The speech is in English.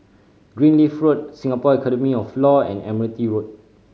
Greenleaf Road Singapore Academy of Law and Admiralty Road